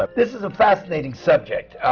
ah this is a fascinating subject,